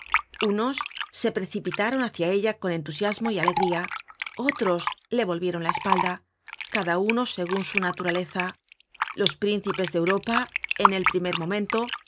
unos se precipitaron hácia ella con entusiasmo y alegría otros le volvieron la espalda cada uno segun su naturaleza los príncipes de europa en el primer momento